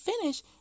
finish